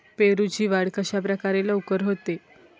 पेरूची वाढ कशाप्रकारे लवकर होते?